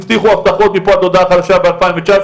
הבטיחו הבטחות מפה ועד הודעה חדשה ב-2019,